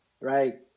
right